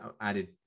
added